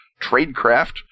tradecraft